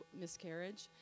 miscarriage